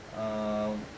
err